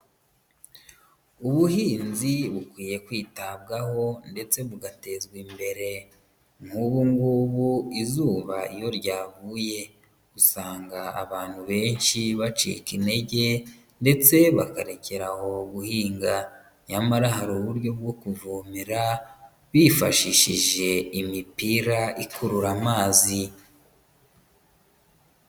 Ubuhinzi bukwiye kwitabwaho ndetse bugatezwa imbere nk'ubu ngubu izuba iyo ryavuye, usanga abantu benshi bacika intege ndetse bakarekeraho guhinga, nyamara hari uburyo bwo kuvomera, bifashishije imipira ikurura amazi.